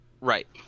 Right